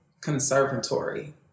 conservatory